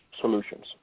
solutions